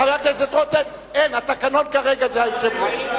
חבר הכנסת רותם, אין, התקנון כרגע זה היושב-ראש.